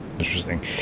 interesting